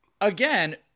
again